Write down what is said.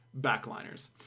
backliners